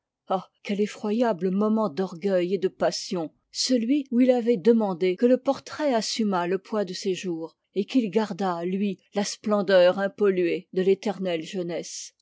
ah quel effroyable moment d'orgueil et de passion celui où il avait demandé que le portrait assumât le poids de ses jours et qu'il gardât lui la splendeur im polluée de l'éternelle jeunesse